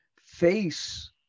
face